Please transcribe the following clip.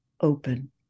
open